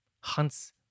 hunts